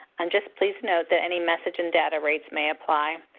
and just please note that any message and data rates may apply.